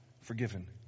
forgiven